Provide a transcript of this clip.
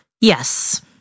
yes